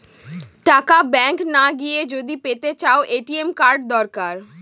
টাকা ব্যাঙ্ক না গিয়ে যদি পেতে চাও, এ.টি.এম কার্ড দরকার